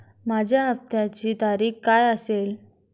माझ्या हप्त्याची तारीख काय असेल?